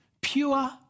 pure